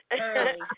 Early